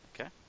Okay